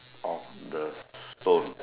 of the stone